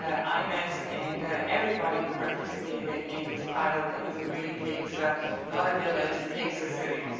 ah imeds and everybody who participated in this pilot because it really takes ah not a village it takes a city.